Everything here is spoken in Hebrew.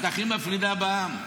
את הכי מפרידה בעם.